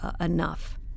enough